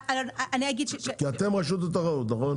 כי אתם רשות התחרות, נכון?